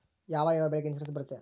ಯಾವ ಯಾವ ಬೆಳೆಗೆ ಇನ್ಸುರೆನ್ಸ್ ಬರುತ್ತೆ?